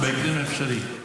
בהקדם האפשרי.